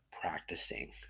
practicing